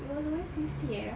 it was always fifty Erra